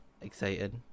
excited